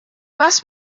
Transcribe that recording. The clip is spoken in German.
was